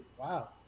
Wow